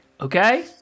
Okay